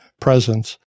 presence